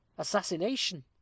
Assassination